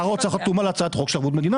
שר האוצר חתום על הצעת החוק של ערבות מדינה,